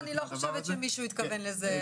לא, אני לא חושבת שמישהו התכוון לזה.